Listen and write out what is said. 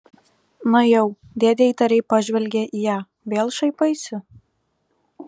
na jau dėdė įtariai pažvelgė į ją vėl šaipaisi